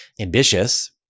ambitious